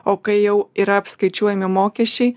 o kai jau yra apskaičiuojami mokesčiai